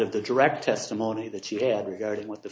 of the direct testimony that she had regarding what the